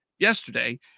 Yesterday